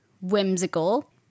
whimsical